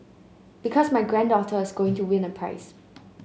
because my granddaughter is going to win a prize